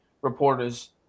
reporters